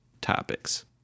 topics